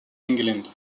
england